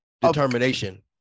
determination